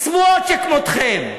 צבועות שכמותכן.